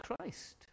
Christ